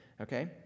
okay